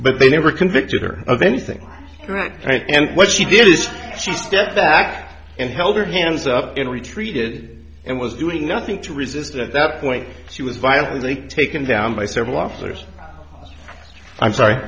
but they never convicted her of anything and what she did is she stepped back and held her hands up in retreated and was doing nothing to resist at that point she was violently taken down by several officers i'm sorry